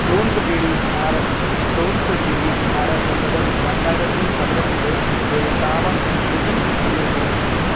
Bloons T D ആറ് Bloons T D ആറ് എന്നത് രണ്ടായിരത്തി പതിനെട്ടിലെ ഒരു ട്ടാവർ ഡിഫെൻസ് വീഡിയോ ഗെയിം ആണ്